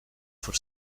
for